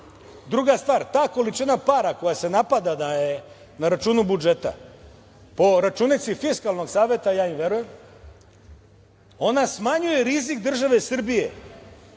dobro. Druga stvar, ta količina para koja se napada da je na računu budžeta, po računici Fiskalnog saveta, ja im verujem, ona smanjuje rizik države Srbije